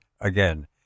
again